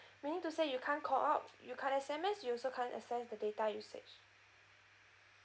meaning to say you can't call out you can't S_M_S you also can't access the data usage